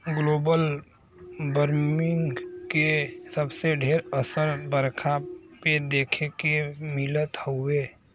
global warming के सबसे ढेर असर बरखा पे देखे के मिलत हउवे